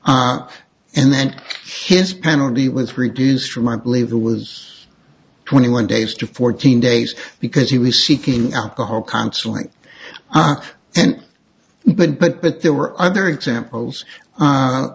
and then his penalty was reduced from i believe it was twenty one days to fourteen days because he was seeking alcohol counseling and but but but there were other examples